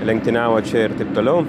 lenktyniavo čia ir taip toliau